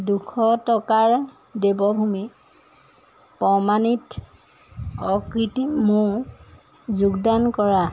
দুশ টকাৰ দেৱভূমি প্ৰমাণিত অকৃত্ৰিম মৌ যোগদান কৰা